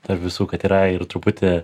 tarp visų kad yra ir truputį